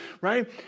right